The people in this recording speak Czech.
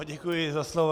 Děkuji za slovo.